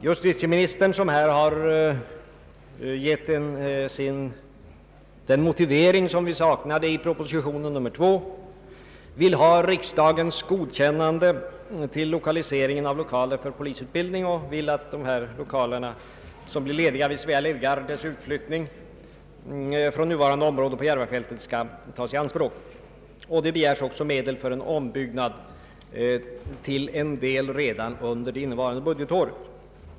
Justitieministern, som här har givit den motivering vi saknade i proposition 2, vill ha riksdagens godkännande till lokaliseringen av polisutbildning, och han vill att de lokaler som blir 1ediga vid Svea livgardes utflyttning från nuvarande område på Järvafältet skall tas i anspråk. Det begärs också medel för en ombyggnad, till en del redan under nuvarande budgetår.